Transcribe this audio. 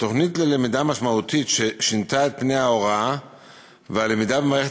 התוכנית ללמידה משמעותית שינתה את פני ההוראה והלמידה במערכת